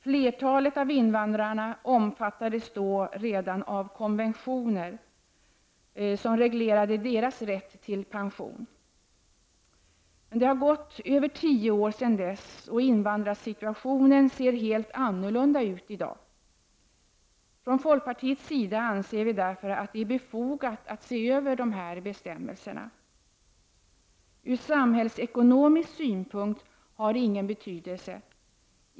Flertalet av invandrarna omfattades redan då av konventioner som reglerade deras rätt till pension. Det har gått över tio år sedan dess, och invandrarsituationen ser helt annorlunda ut i dag. Från folkpartiets sida anser vi därför att det är befogat att se över de här bestämmelserna. Ur samhällsekonomisk synpunkt har det ingen betydelse.